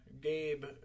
gabe